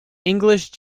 english